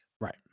right